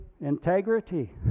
Integrity